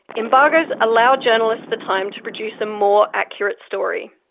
embargos allow journalists the time to produce a more accurate story,